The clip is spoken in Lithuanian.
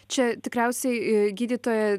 čia tikriausiai gydytoja